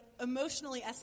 emotionally